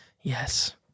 Yes